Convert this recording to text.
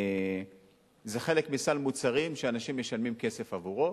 זה חלק מסל מוצרים שאנשים משלמים כסף עבורו.